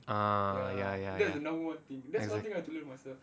ah ya ya ya ya ya